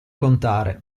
contare